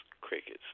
crickets